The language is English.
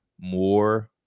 more